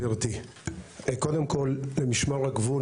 למשמר הגבול,